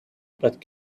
but